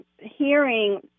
hearing